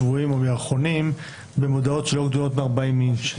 שבועיים או בירחונים במודעות שלא גדולות מ-40 אינץ'.